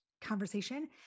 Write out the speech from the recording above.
conversation